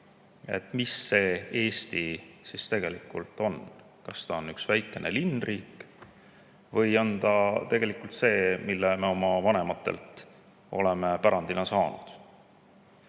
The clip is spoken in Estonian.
Mis see Eesti siis tegelikult on? Kas see on üks väikene linnriik või see, mille me oma vanematelt oleme pärandina saanud?